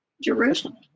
Jerusalem